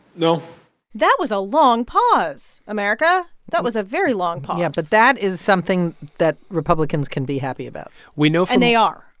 no that was a long pause, america. that was a very long pause yeah, but that is something that republicans can be happy about we know. and they are.